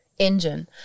Engine